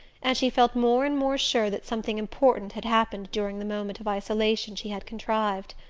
and she felt more and more sure that something important had happened during the moment of isolation she had contrived.